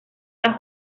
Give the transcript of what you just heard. las